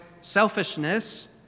selfishness